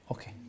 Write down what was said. Okay